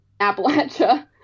Appalachia